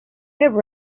have